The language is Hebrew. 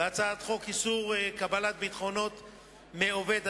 בהצעת חוק איסור קבלת ביטחונות מעובד,